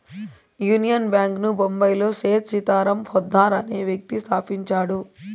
union bank ను బొంబాయిలో సేథ్ సీతారాం పోద్దార్ అనే వ్యక్తి స్థాపించాడు